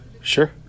Sure